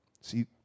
See